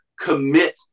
commit